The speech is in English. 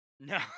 No